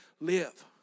live